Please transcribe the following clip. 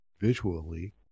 visually